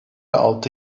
altı